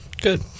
good